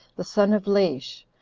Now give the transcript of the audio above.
the son of laish,